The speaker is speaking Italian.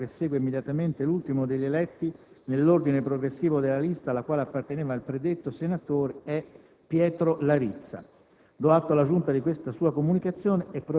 La seduta è ripresa.